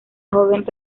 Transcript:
joven